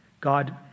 God